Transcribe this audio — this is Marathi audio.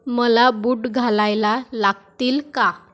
मला बूट घालायला लागतील का